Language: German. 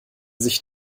sich